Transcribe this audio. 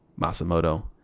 Masamoto